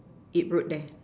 it wrote there